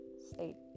state